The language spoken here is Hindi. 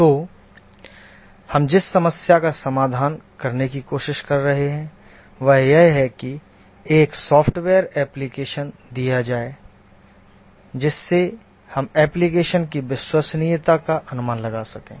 तो हम जिस समस्या का समाधान करने की कोशिश कर रहे हैं वह यह है कि एक सॉफ्टवेयर एप्लिकेशन दिया जाए जिससे हम एप्लिकेशन की विश्वसनीयता का अनुमान लगा सकें